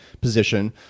position